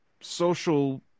social